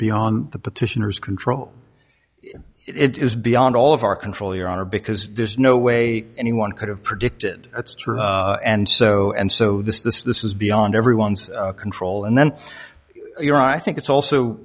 beyond the petitioners control it is beyond all of our control your honor because there's no way anyone could have predicted that's true and so and so this this this is beyond everyone's control and then you're i think it's